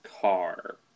car